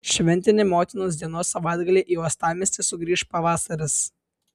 šventinį motinos dienos savaitgalį į uostamiestį sugrįš pavasaris